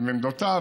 עם עמדותיו,